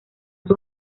sus